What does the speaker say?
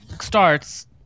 starts